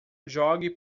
jogue